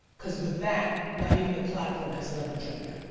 because with that not even the platform has leverage on you.